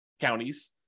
counties